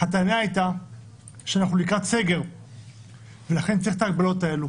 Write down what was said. הטענה הייתה שאנחנו לקראת סגר ולכן צריך את ההגבלות האלה,